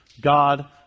God